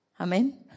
Amen